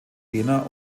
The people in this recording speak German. jena